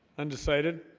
undecided